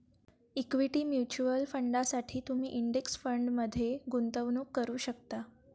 equity mutual फंडांसाठी तुम्ही index फंडमध्ये गुंतवणूक करू शकता